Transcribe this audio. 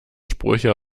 sprüche